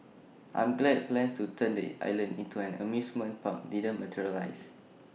I'm glad plans to turn the island into an amusement park didn't materialise